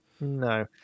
No